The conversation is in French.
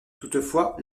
toutefois